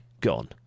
gone